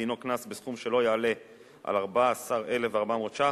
דינו קנס בסכום שלא יעלה על 14,400 ש"ח.